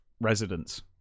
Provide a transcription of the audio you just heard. residents